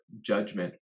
judgment